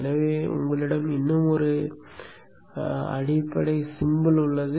எனவே உங்களிடம் இன்னும் ஒரு அடிப்படை சிம்பல் உள்ளது